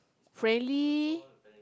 friendly